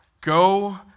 Go